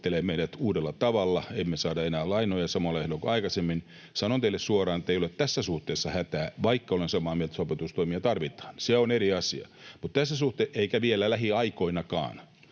meidät uudella tavalla, emme saa enää lainoja samoin ehdoin kuin aikaisemmin. Sanon teille suoraan, että ei ole tässä suhteessa hätää. Vaikka olen samaa mieltä siitä, että sopeutustoimia tarvitaan, se on eri asia, mutta tässä suhteessa eikä vielä lähiaikoinakaan...